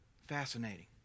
Fascinating